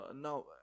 now